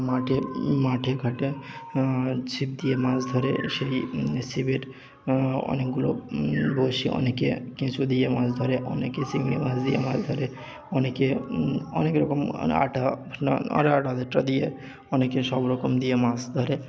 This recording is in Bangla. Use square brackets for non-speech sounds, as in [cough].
মাঠে মাঠে ঘাটে ছিপ দিয়ে মাছ ধরে সেই ছিপের অনেকগুলো বঁড়শি অনেকে কেঁচো দিয়ে মাছ ধরে অনেকে চিংড়ি মাছ দিয়ে মাছ ধরে অনেকে অনেক রকম মানে আটা [unintelligible] [unintelligible] আটা টাটা দিয়ে অনেকে সব রকম দিয়ে মাছ ধরে